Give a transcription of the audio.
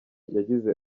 yagize